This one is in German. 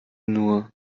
nur